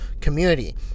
community